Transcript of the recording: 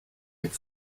mit